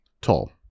tall